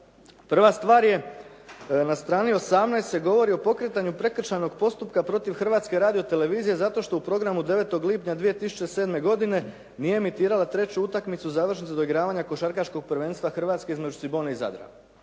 Prva stvar je na strani 18. se govori o pokretanju prekršajnog postupka protiv Hrvatske radio-televizije zato što u programu 9. lipnja 2007. godine nije emitirala treću utakmicu završnice doigravanja košarkaškog prvenstva Hrvatske između Cibone i Zadra.